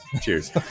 Cheers